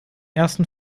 ersten